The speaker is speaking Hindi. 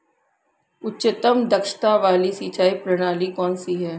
उच्चतम दक्षता वाली सिंचाई प्रणाली कौन सी है?